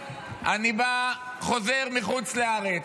יום אחד אני חוזר מחוץ לארץ,